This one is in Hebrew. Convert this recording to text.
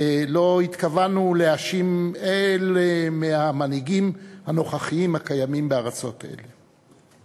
לא התכוונו להאשים מי מן המנהיגים הנוכחיים הקיימים בארצות אלה.